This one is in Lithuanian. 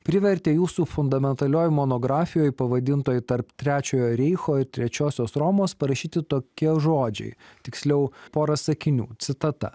privertė jūsų fundamentalioj monografijoj pavadintoj tarp trečiojo reicho ir trečiosios romos parašyti tokie žodžiai tiksliau pora sakinių citata